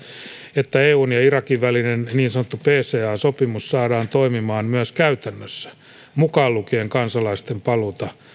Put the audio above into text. että eun ja irakin välinen niin sanottu pca sopimus saadaan toimimaan myös käytännössä mukaan lukien kansalaisten paluuta